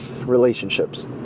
relationships